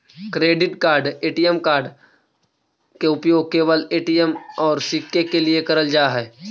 Credit card ATM card के उपयोग केवल ए.टी.एम और किसके के लिए करल जा है?